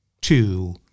two